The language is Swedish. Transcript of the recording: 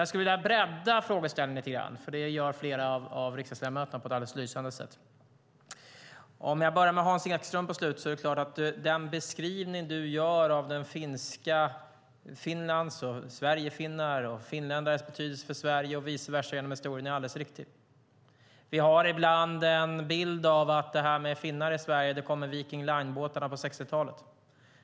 Jag skulle vilja bredda frågan lite, och det gör flera av riksdagsledamöterna här på ett alldeles lysande sätt. Den beskrivning som Hans Ekström gör av Finlands, sverigefinnarnas och finländarnas betydelse historiskt för Sverige och vice versa är alldeles riktig. Vi har ibland en bild av att finnar i Sverige kom med Viking Line-båtarna på 60-talet.